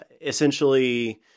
essentially